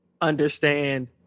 understand